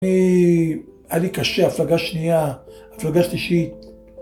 לי... היה לי קשה, הפלגה שנייה, הפלגה שלישית.